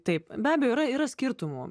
taip be abejo yra yra skirtumų